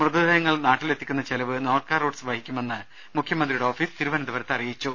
മൃതദേഹങ്ങൾ നാട്ടിലെത്തിക്കുന്ന ചെലവ് നോർക്കാ റൂട്ട്സ് വഹിക്കുമെന്ന് മുഖ്യമന്ത്രിയുടെ ഓഫീസ് തിരുവനന്തപുരത്ത് അറിയിച്ചു